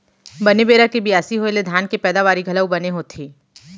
बने बेरा के बियासी होय ले धान के पैदावारी घलौ बने होथे